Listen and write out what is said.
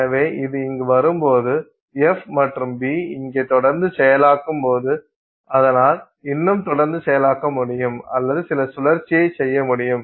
எனவே இது இங்கு வரும்போது F மற்றும் B இங்கே தொடர்ந்து செயலாக்கும்போது அதால் இன்னும் தொடர்ந்து செயலாக்க முடியும் அல்லது சில சுழற்சியை செய்ய முடியும்